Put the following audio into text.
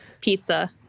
pizza